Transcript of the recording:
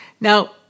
Now